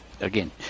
again